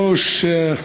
תודה, מכובדי היושב-ראש.